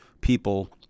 people